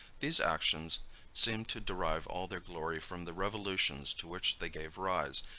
these actions seem to derive all their glory from the revolutions to which they gave rise,